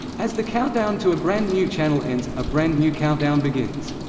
as the countdown to a brand new channel ends, a brand new countdown begins.